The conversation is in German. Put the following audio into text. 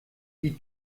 die